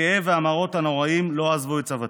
הכאב והמראות הנוראיים לא עזבו את סבתי.